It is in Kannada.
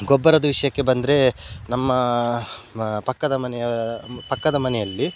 ಗೊಬ್ಬರದ್ದು ವಿಷಯಕ್ಕೆ ಬಂದರೆ ನಮ್ಮ ಪಕ್ಕದ ಮನೆಯವರ ಪಕ್ಕದ ಮನೆಯಲ್ಲಿ